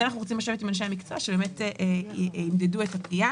ועל זה אנחנו רוצים לשבת עם אנשי המקצוע שימדדו את הפגיעה.